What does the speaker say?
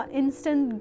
instant